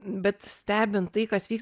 bet stebint tai kas vyks